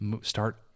start